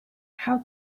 how